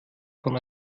von